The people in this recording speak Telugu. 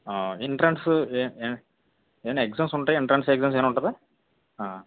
ఎంట్రన్స్ ఏ ఏ ఏమన్నా ఎగ్జామ్స్ ఉంటాయా ఎంట్రన్స్ ఎగ్జామ్ ఉంటుందా ఆ